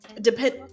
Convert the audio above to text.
depend